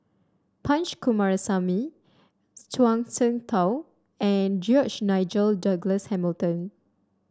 Punch Coomaraswamy Zhuang Shengtao and George Nigel Douglas Hamilton